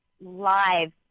live